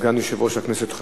סגן יושב-ראש הכנסת,